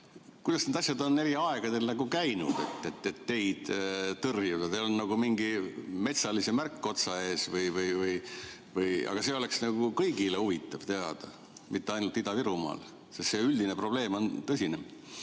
Kuidas need asjad on eri aegadel käinud, et teid tõrjuda? Teil on nagu mingi metsalise märk otsaees või? See oleks kõigile huvitav teada, mitte ainult Ida-Virumaal, sest see üldine probleem on tõsine.